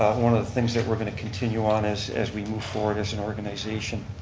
one of the things that we're going to continue on as as we move forward as an organization.